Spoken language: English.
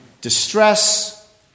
distress